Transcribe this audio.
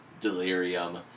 delirium